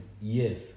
yes